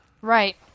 Right